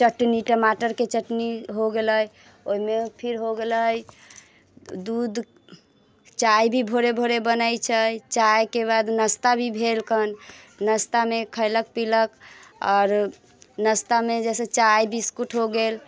चटनी टमाटरके चटनी हो गेलै ओहिमे फिर हो गेलै दूध चाय भी भोरे भोरे बनैत छै चायके बाद नाश्ता भी भेलखन नाश्तामे खयलक पीलक आओर नाश्तामे जइसे चाय बिस्कुट हो गेल